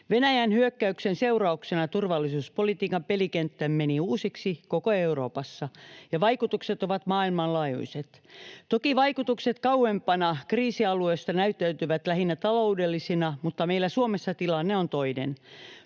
Venäjän hyökkäyksen seurauksena turvallisuuspolitiikan pelikenttä meni uusiksi koko Euroopassa, ja vaikutukset ovat maailmanlaajuiset. Toki vaikutukset kauempana kriisialueista näyttäytyvät lähinnä taloudellisina, mutta meillä Suomessa tilanne on toinen.